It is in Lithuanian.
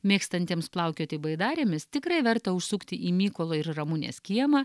mėgstantiems plaukioti baidarėmis tikrai verta užsukti į mykolo ir ramunės kiemą